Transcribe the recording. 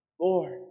Lord